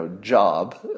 job